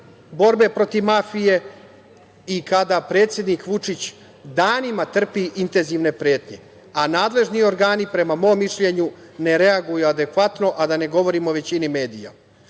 borbe protiv mafije i kada predsednik Vučić danima trpi intenzivne pretnje, a nadležni organi, prema mom mišljenju, ne reaguju adekvatno, a da ne govorim o većini